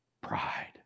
pride